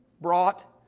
brought